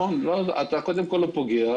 אתה לא פוגע.